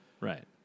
Right